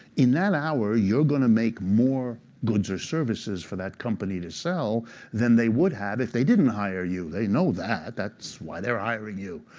in that hour you're going to make more goods or services for that company to sell than they would have if they didn't hire you. they know that. that's why they hiring you.